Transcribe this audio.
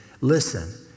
listen